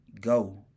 go